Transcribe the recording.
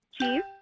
Cheese